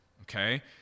okay